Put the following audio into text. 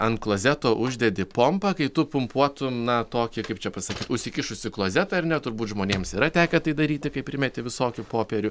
ant klozeto uždedi pompą kai tu pumpuotum na tokį kaip čia pasa užsikišusį klozetą ar ne turbūt žmonėms yra tekę tai daryti kai primeti visokių popierių